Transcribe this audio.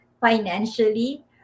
financially